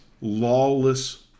lawless